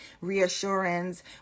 reassurance